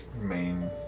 main